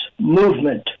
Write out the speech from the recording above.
movement